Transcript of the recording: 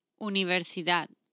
Universidad